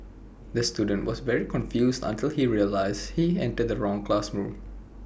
the student was very confused until he realised he entered the wrong classroom